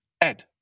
Ed